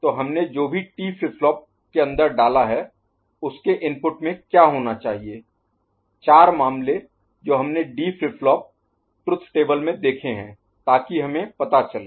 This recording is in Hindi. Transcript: तो हमने जो भी T फ्लिप फ्लॉप के अंदर डाला है उसके इनपुट में क्या होना चाहिए चार मामले जो हमने D flip flop truth table में देखे हैं ताकि हमें पता चले